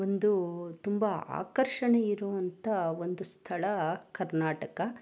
ಒಂದು ತುಂಬ ಆಕರ್ಷಣೆ ಇರುವಂಥ ಒಂದು ಸ್ಥಳ ಕರ್ನಾಟಕ